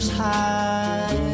high